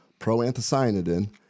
proanthocyanidin